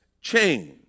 change